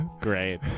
Great